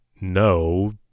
No